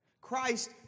Christ